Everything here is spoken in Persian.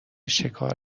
شکار